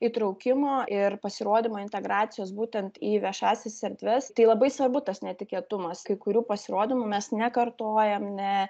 įtraukimo ir pasirodymo integracijos būtent į viešąsias erdves tai labai svarbu tas netikėtumas kai kurių pasirodymų mes nekartojam ne